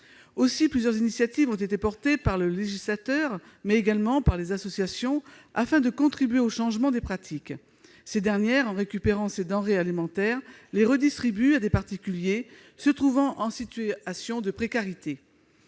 jetés. Plusieurs initiatives ont été prises par le législateur, mais également par les associations, afin de contribuer à faire évoluer les pratiques. Les associations récupèrent des denrées alimentaires et les redistribuent à des particuliers se trouvant en situation de précarité.